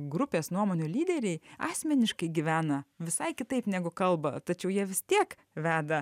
grupės nuomonių lyderiai asmeniškai gyvena visai kitaip negu kalba tačiau jie vis tiek veda